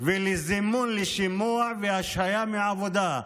ולזימון לשימוע והשעיה מהעבודה.